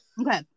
Okay